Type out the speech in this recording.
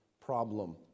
problem